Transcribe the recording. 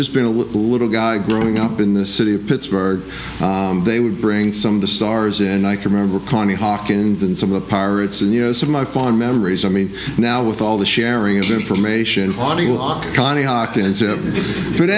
just been a little little guy growing up in the city of pittsburgh they would bring some of the stars and i can remember connie hawkins and some of the pirates and you know some my fond memories i mean now with all the sharing of information